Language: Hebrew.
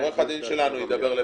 עורך הדין שלנו ידבר לפניי.